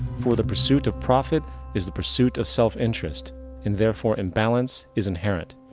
for the pursuit of profit is the pursuit of self interest and therefore imbalance is inherent.